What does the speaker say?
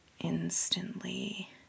instantly